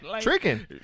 Tricking